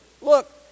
Look